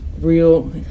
real